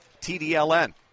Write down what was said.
TDLN